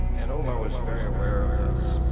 and omar was very aware of this.